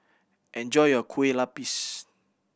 enjoy your Kueh Lupis